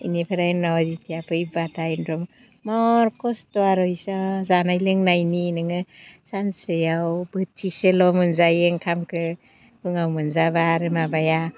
इनिफ्राय उनाव जितिया फैब्लाथाय मार खस्थ' आरो इसा जानाय लोंनायनि नोङो सानसेयाव बोथिसेल' मोनजायो ओंखामखो उनाव मोनजाब्ला आरो माबाया